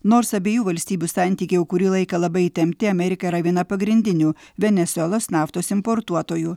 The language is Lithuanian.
nors abiejų valstybių santykiai jau kurį laiką labai įtempti amerika yra viena pagrindinių venesuelos naftos importuotojų